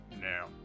Now